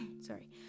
sorry